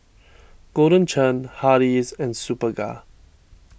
Golden Churn Hardy's and Superga